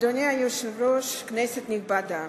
אדוני היושב-ראש, כנסת נכבדה,